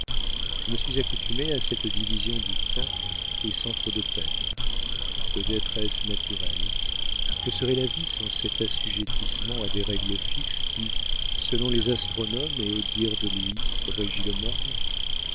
je me suis accoutumée à cette division du temps et sans trop de peine peut-être est-ce naturel que serait la vie sans cet assujettissement à des règles fixes qui selon les astronomes et au dire de louis régit les mondes